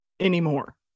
anymore